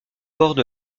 borde